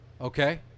Okay